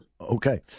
Okay